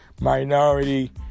minority